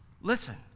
listen